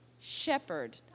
shepherd